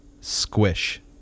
Squish